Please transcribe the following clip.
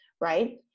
right